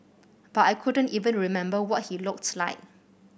but I couldn't even remember what he looked like